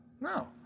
No